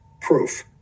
proof